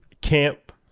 Camp